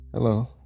Hello